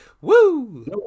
Woo